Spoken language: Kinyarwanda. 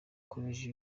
koleji